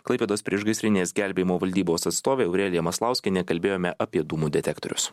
klaipėdos priešgaisrinės gelbėjimo valdybos atstovė aurelija maslauskienė kalbėjome apie dūmų detektorius